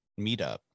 meetup